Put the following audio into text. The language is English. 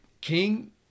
King